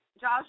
Josh